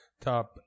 Top